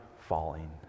falling